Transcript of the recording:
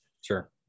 sure